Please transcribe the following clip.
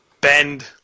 bend